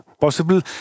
possible